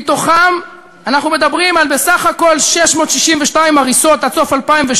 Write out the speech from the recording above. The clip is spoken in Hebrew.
מתוכם אנחנו מדברים על 662 הריסות בסך הכול עד סוף 2012,